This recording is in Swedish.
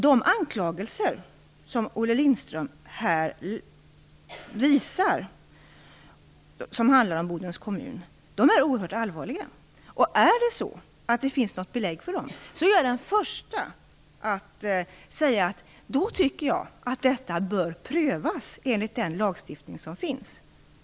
De anklagelser som Olle Lindström här riktar beträffande Bodens kommun är oerhört allvarliga. Om det finns något belägg för anklagelserna, så är jag den första att säga att detta bör prövas enligt den lagstiftning som finns.